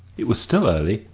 it was still early,